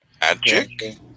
Magic